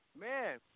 Man